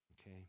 Okay